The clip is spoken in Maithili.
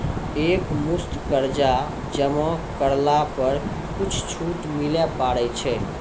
एक मुस्त कर्जा जमा करला पर कुछ छुट मिले पारे छै?